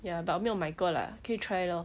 ya but 我没有买过啦可以 try lor